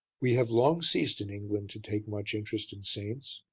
we have long ceased in england to take much interest in saints,